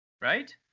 Right